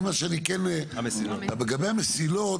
אני מה שאני כן, לגבי המסילות,